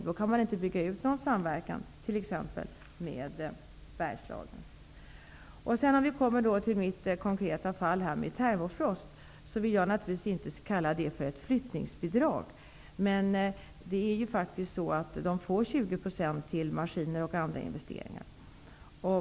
Då kan man inte bygga ut någon samverkan t.ex. med Bergslagen. Beträffande mitt konkreta fall med Termofrost, vill jag naturligtvis inte kalla det som ges till företaget för ett flyttningsbidrag. Men Termofrost får faktiskt 20 % till maskiner och andra investeringar.